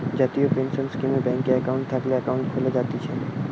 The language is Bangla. জাতীয় পেনসন স্কীমে ব্যাংকে একাউন্ট থাকলে একাউন্ট খুলে জায়তিছে